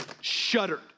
shuddered